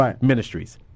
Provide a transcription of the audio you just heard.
Ministries